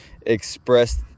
expressed